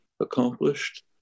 accomplished